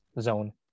zone